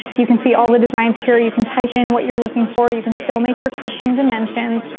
you can see all the designs here. you can type in what you're looking for. you can still make your custom dimensions.